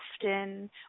often